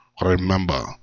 remember